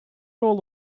all